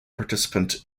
participant